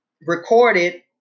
recorded